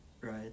Right